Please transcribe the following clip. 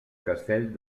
castell